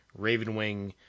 Ravenwing